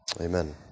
Amen